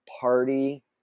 party